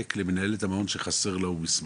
העתק למנהלת המעון שחסר לו מסמך,